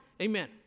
Amen